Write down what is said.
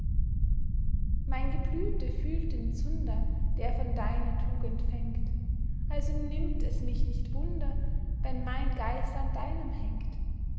mein geblüte fühlt den zunder der von deiner tugend fängt also nimmt es mich nicht wunder wenn mein geist an deinem hängt